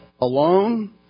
alone